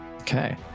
Okay